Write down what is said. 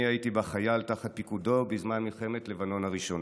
אני הייתי בה חייל תחת פיקודו בזמן מלחמת לבנון הראשונה.